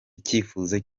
icyifuzo